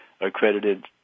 accredited